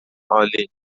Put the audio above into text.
عالی